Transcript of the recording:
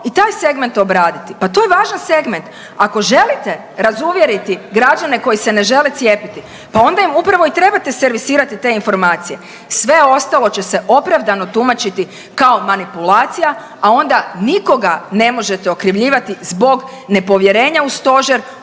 i taj segment obraditi. Pa to je važan segment. Ako želite razuvjeriti građane koji se ne žele cijepiti, pa onda im upravo i trebate servisirati te informacije. Sve ostalo će se opravdano tumačiti kao manipulacija, a onda nikoga ne možete okrivljivati zbog nepovjerenja u Stožer,